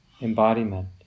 embodiment